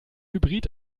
hybrid